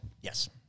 Yes